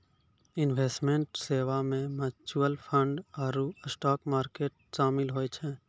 investment सेबा मे mutual fund आरु स्टाक मार्केट शामिल होय छै